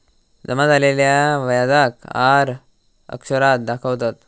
जमा झालेल्या व्याजाक आर अक्षरात दाखवतत